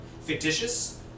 fictitious